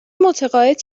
متعاقد